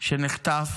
שנחטף